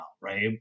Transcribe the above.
Right